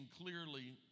clearly